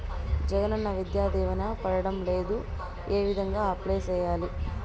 జగనన్న విద్యా దీవెన పడడం లేదు ఏ విధంగా అప్లై సేయాలి